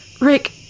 Rick